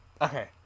okay